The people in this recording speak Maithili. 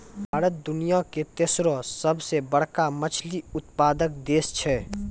भारत दुनिया के तेसरो सभ से बड़का मछली उत्पादक देश छै